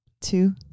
two